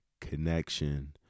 connection